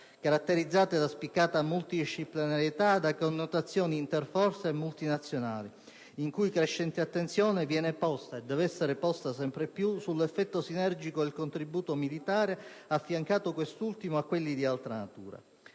caratterizzate da spiccata multidisciplinarietà e da connotazioni interforze e multinazionali, in cui crescente attenzione viene posta - e deve essere posta sempre più - sull'effetto sinergico del contributo militare affiancato a quelli di altra natura.